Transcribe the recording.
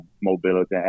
mobility